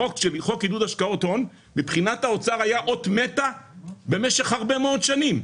החוק עידוד השקעות הון מבחינת האוצר היה אות מתה במשך הרבה מאוד שנים,